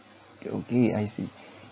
okay okay I see